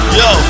yo